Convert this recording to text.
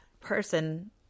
person